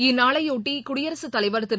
இந்நாளையொட்டி குடியரசுத் தலைவர் திரு